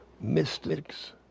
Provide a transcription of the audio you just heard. mystics